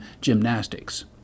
gymnastics